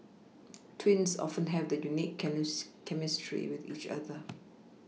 twins often have a unique can use chemistry with each other